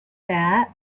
that